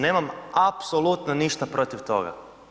Nemam apsolutno ništa protiv toga.